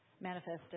manifested